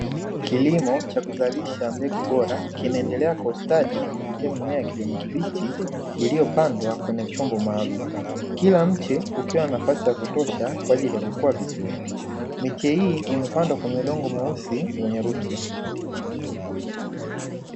Kilimo cha kuzalisha mbegu bora kinaendelea kwa ustadi, kupitia mimea ya kijani kibichi iliyopandwa kwenye chombo maalumu. Kila mche ukiwa na nafasi ya kutosha kwa ajili ya kukua vizuri. Miche hii imepandwa kwenye udongo mweusi wenye rutuba.